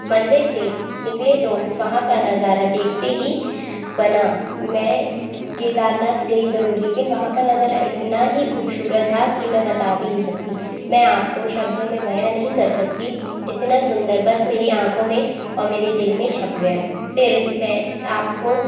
मंदिर से निकले तो वहाँ का नज़ारा देखते ही बना मैं केदारनाथ गई ज़रूर लेकिन वहाँ का नज़ारा इतना ही खूबसूरत था कि मैं बता भी नहीं सकती मैं आपको शब्दों में बयां नहीं कर सकती इतना सुन्दर बस मेरी आँखों में और मेरे दिल में छप गया फिर मैं आपको